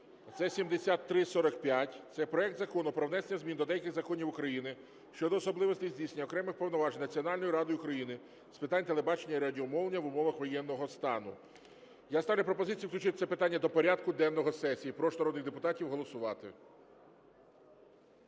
це 7345. Це проект Закону про внесення змін до деяких законів України щодо особливостей здійснення окремих повноважень Національною радою України з питань телебачення і радіомовлення в умовах воєнного стану. Я ставлю пропозицію включити це питання до порядку денного сесії. Прошу народних депутатів голосувати.